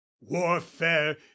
warfare